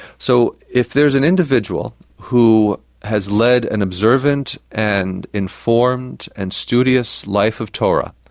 so, if there's an individual who has led an observant and informed and studious life of torah,